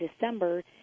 December